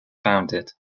founded